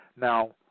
Now